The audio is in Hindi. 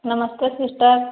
नमस्ते सिस्टर